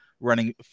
running